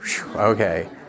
Okay